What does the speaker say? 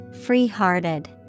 Free-hearted